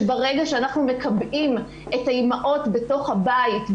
שברגע שאנחנו מקבעים את האימהות בתוך הבית,